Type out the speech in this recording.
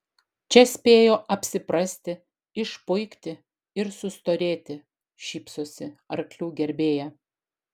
čia spėjo apsiprasti išpuikti ir sustorėti šypsosi arklių gerbėja